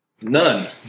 none